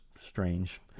strange